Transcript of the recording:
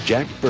Jack